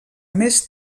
més